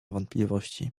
wątpliwości